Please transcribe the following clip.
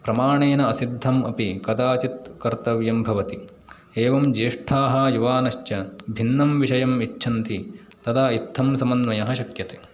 प्रमाणेन असिद्धम् अपि कदाचित् कर्तव्यं भवति एवं ज्येष्ठाः युवानश्च भिन्नं विषयम् इच्छन्ति तदा इत्थं समन्वयः शक्यते